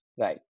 Right